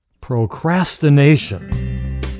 procrastination